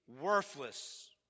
Worthless